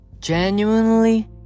genuinely